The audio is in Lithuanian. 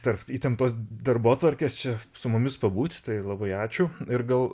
tarp įtemptos darbotvarkės čia su mumis pabūt tai labai ačiū ir gal